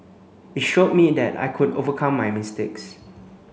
it showed me that I could overcome my mistakes